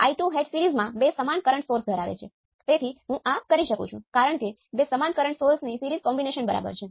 તેથી નોડ 1 છે